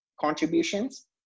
contributions